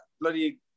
bloody